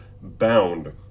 bound